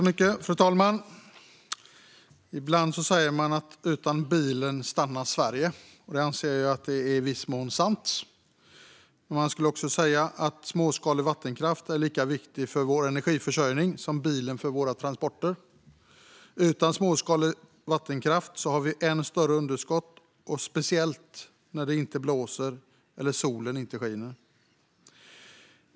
Fru talman! Ibland säger man att utan bilen stannar Sverige, och det anser jag är i viss mån sant. Man skulle också kunna säga att småskalig vattenkraft är lika viktig för vår energiförsörjning som bilen är för våra transporter. Utan småskalig vattenkraft får vi ännu större underskott, speciellt när det inte blåser eller solen inte skiner.